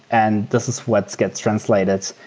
and this is what gets translated.